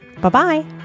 Bye-bye